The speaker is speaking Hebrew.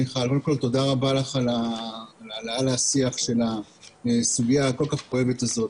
תודה רבה לך על העלאת השיח של הסוגיה הכול כך כואבת הזאת.